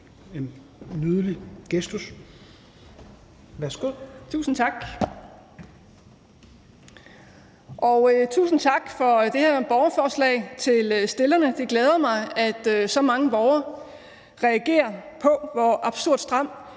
stillerne for det her borgerforslag. Det glæder mig, at så mange borgere reagerer på, hvor absurd stram